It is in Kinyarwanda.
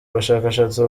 bashakashatsi